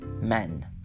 men